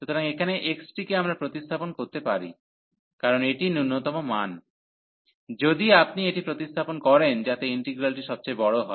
সুতরাং এখানে x টিকে আমরা প্রতিস্থাপন করতে পারি কারণ এটিই ন্যূনতম মান যদি আপনি এটি প্রতিস্থাপন করেন যাতে ইন্টিগ্রালটি সবচেয়ে বড় হয়